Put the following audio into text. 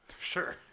Sure